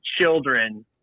children